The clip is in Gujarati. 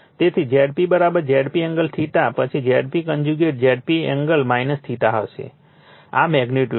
તેથી Zp Zp એંગલ પછી Zp કન્જ્યુગેટ Zp એંગલ હશે આ મેગ્નિટ્યુડ છે